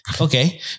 Okay